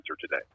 today